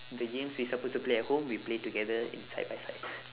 the games we suppose to play at home we play together in side by side